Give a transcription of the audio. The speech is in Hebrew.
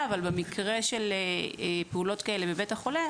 אבל במקרה של פעולות כאלה בבית החולה,